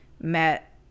met